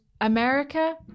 America